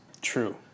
True